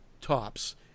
tops